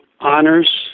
honors